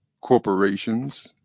corporations